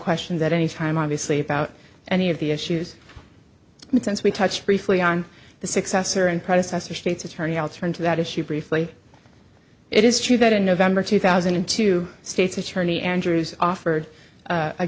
questions at any time obviously about any of the issues but since we touched briefly on the successor and predecessor state's attorney i'll turn to that issue briefly it is true that in november two thousand and two states attorney andrews offered a